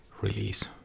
release